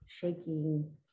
shaking